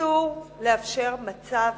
אסור לאפשר מצב